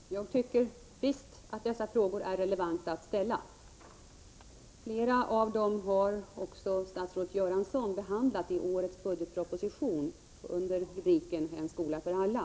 Herr talman! Jag tycker visst att dessa frågor är relevanta att ställa. Flera av dem har också statsrådet Göransson behandlat i årets budgetproposition under rubriken En skola för alla.